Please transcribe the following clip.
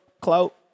clout